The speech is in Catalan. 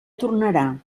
tornarà